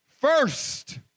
first